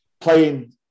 Playing